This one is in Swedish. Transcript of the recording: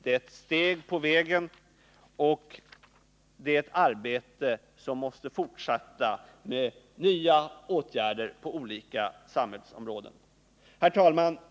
Det är ett steg på vägen, och det är ett arbete som måste fortsättas med nya åtgärder på olika samhällsområden. Herr talman!